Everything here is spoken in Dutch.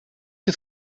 het